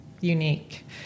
unique